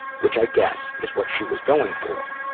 which i guess is what she was going for.